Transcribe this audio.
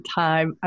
time